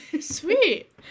Sweet